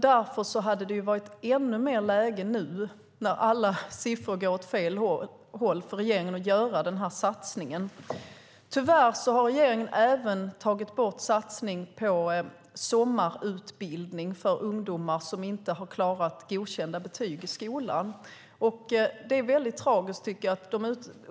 Därför hade det varit ännu mer läge nu när alla siffror går åt fel håll för regeringen att göra satsningen. Tyvärr har regeringen även tagit bort satsningen på sommarutbildning för ungdomar som inte har klarat godkända betyg i skolan. Det är tragiskt.